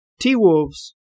T-Wolves